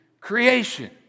creation